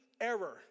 error